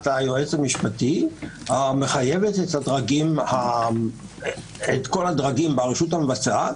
היועץ המשפטי מחייבת את כל הדרגים ברשות המבצעת,